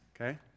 okay